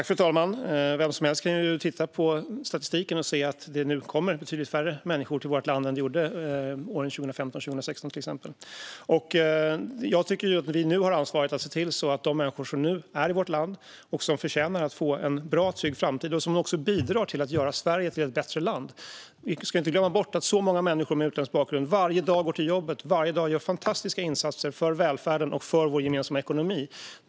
Fru talman! Vem som helst kan titta på statistiken och se att det nu kommer betydligt färre människor till vårt land än det gjorde till exempel under åren 2015-2016. Jag tycker att vi har ett ansvar för de människor som nu är i vårt land, som förtjänar att få en bra och trygg framtid och som också bidrar till att göra Sverige till ett bättre land. Vi ska inte glömma bort att väldigt många människor med utländsk bakgrund varje dag går till jobbet och varje dag gör fantastiska insatser för välfärden och för vår gemensamma ekonomi.